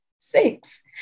Six